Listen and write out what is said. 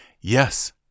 Yes